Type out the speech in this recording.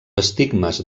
estigmes